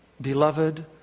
beloved